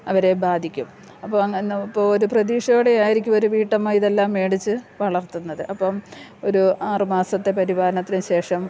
അവരെ ബാധിക്കും അപ്പം ഇപ്പോൾ ഒരു പ്രതീക്ഷയോടെ ആയിരിക്കും ഒരു വീട്ടമ്മ ഇതെല്ലാം മേടിച്ചു വളർത്തുന്നത് അപ്പം ഒരു ആറ് മാസത്തെ പരിപാലനത്തിന് ശേഷം